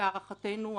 להערכתנו,